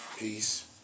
Peace